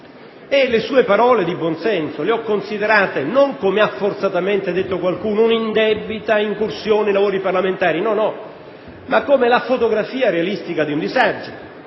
E le sue parole di buon senso le ho considerate non, come ha forzatamente detto qualcuno, un'indebita incursione nei lavori parlamentari, assolutamente no, ma come la fotografia realistica di un disagio,